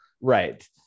right